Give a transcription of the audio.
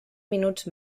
minuts